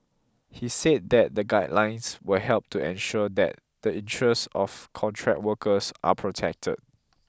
he said that the guidelines will help to ensure that the interests of contract workers are protected